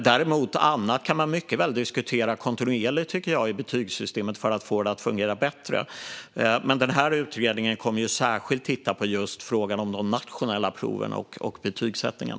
Däremot tycker jag att man mycket väl kontinuerligt kan diskutera annat i betygssystemet för att få det att fungera bättre. Men denna utredning kommer att särskilt titta på just frågan om de nationella proven och betygsättningen.